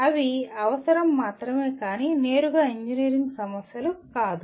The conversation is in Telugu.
అవి అవసరం మాత్రమే కాని నేరుగా ఇంజనీరింగ్ సమస్యలు కాదు